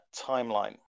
timeline